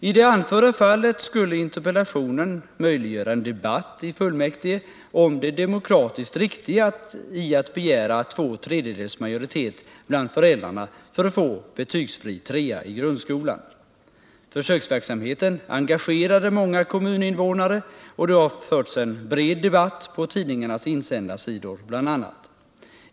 I det anförda fallet skulle interpellationen möjliggöra en debatt i fullmäktige om det demokratiskt riktiga i att begära två tredjedels majoritet tland föräldrarna för att införa betygsfri årskurs 3 i grundskolan. Försöksverksamheten engagerade många kommuninvånare, och det har bl.a. förts en bred debatt på tidningarnas insändarsidor.